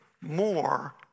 more